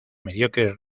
mediocres